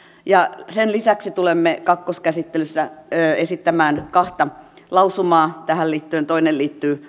ja sen lisäksi tulemme kakkoskäsittelyssä esittämään kahta lausumaa tähän liittyen toinen liittyy